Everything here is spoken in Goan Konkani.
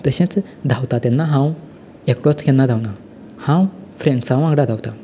तशेंच धांवता तेन्ना हांव एकटोच केन्ना धांवना हांव फ्रेडसां वांगडा धांवतां